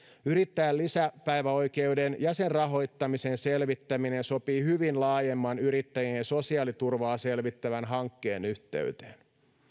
yrittäjän lisäpäiväoikeuden ja sen rahoittamisen selvittäminen sopii hyvin laajemman yrittäjien sosiaaliturvaa selvittävän hankkeen yhteyteen